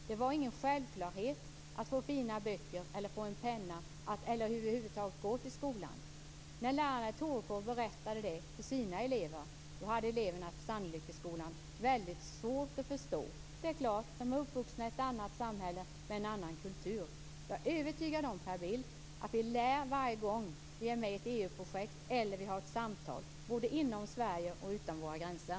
Det var ingen självklarhet att få fina böcker, att få en penna eller att över huvud taget gå i skolan. När lärarna i Torekov berättade det för sina elever på Sandlyckeskolan hade de väldigt svårt att förstå det. De är ju uppvuxna i ett annat samhälle med en annan kultur. Jag är övertygad om, Per Bill, att vi lär varje gång vi är med i ett EU-projekt eller har ett samtal både inom Sverige och utom våra gränser.